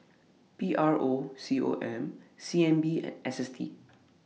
P R O C O M C N B and S S T